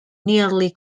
nearly